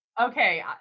Okay